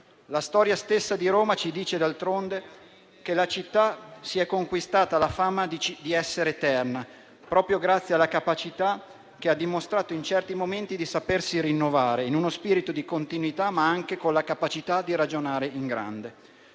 La storia stessa di Roma ci dice, d'altronde, che la città si è conquistata la fama di essere eterna proprio grazie alla capacità, che ha dimostrato in certi momenti, di sapersi rinnovare in uno spirito di continuità, ma anche con la capacità di ragionare in grande.